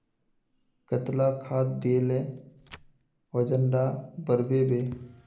कतला खाद देले वजन डा बढ़बे बे?